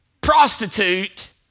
prostitute